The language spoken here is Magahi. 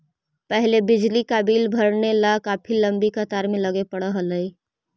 पहले बिजली का बिल भरने ला काफी लंबी कतार में लगे पड़अ हलई